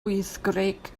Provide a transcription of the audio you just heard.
wyddgrug